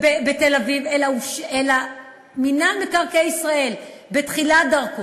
בתל-אביב, אלא מינהל מקרקעי ישראל, בתחילת דרכו,